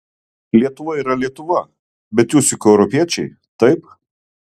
lietuva yra lietuva bet jūs juk europiečiai taip